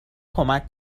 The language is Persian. کمک